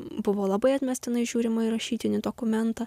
buvo labai atmestinai žiūrima į rašytinį dokumentą